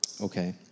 Okay